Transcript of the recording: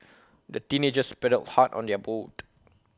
the teenagers paddled hard on their boat